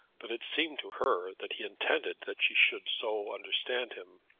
but it seemed to her that he intended that she should so understand him.